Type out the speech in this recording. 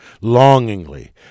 longingly